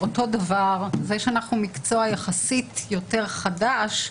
ובגלל שאנחנו מקצוע שהוא יחסית יותר חדש,